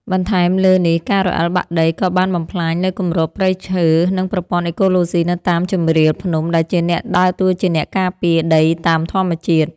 បន្ថែមលើនេះ ការរអិលបាក់ដីក៏បានបំផ្លាញនូវគម្របព្រៃឈើ និងប្រព័ន្ធអេកូឡូស៊ីនៅតាមជម្រាលភ្នំ ដែលជាអ្នកដើរតួជាអ្នកការពារដីតាមធម្មជាតិ។